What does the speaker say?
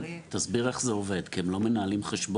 תסביר איך זה עובד,